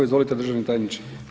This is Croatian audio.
Izvolite državni tajniče.